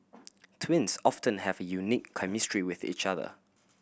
twins often have a unique chemistry with each other